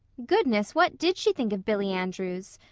goodness, what did she think of billy andrews?